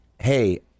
hey